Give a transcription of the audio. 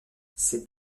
cette